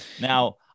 Now